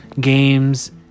games